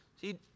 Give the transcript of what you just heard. See